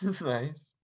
Nice